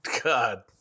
God